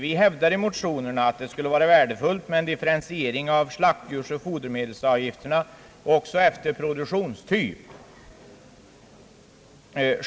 Vi hävdar i motionerna att det skulle vara värdefullt med en differentiering av slaktdjursoch fodermedelsavgifterna också efter produktionstyp.